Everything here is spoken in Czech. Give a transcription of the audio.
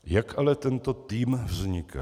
Jak ale tento tým vzniká?